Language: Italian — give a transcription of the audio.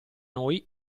noi